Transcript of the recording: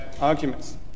Arguments